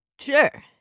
Sure